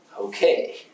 okay